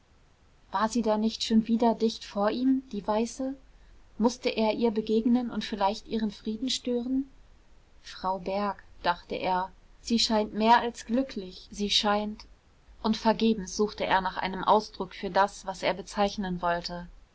war sie da nicht schon wieder dicht vor ihm die weiße mußte er ihr begegnen und vielleicht ihren frieden stören frau berg dachte er sie scheint mehr als glücklich sie scheint und vergebens suchte er nach einem ausdruck für das was er bezeichnen wollte